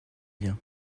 bien